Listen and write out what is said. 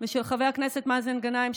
ושל חבר הכנסת מאזן גנאים,